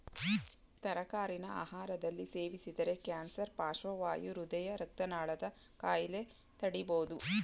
ತರಕಾರಿನ ಆಹಾರದಲ್ಲಿ ಸೇವಿಸಿದರೆ ಕ್ಯಾನ್ಸರ್ ಪಾರ್ಶ್ವವಾಯು ಹೃದಯ ರಕ್ತನಾಳದ ಕಾಯಿಲೆ ತಡಿಬೋದು